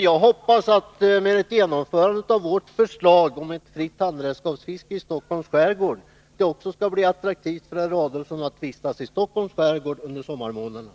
Jag hoppas att det, med ett genomförande av vårt förslag om ett fritt handredskapsfiske i Stockholms skärgård, skall bli attraktivt också för herr Adelsohn att vistas i Stockholms skärgård under sommarmånaderna.